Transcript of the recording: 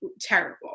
terrible